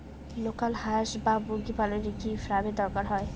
Local হাস বা মুরগি পালনে কি ফার্ম এর দরকার হয়?